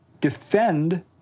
defend